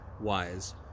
wise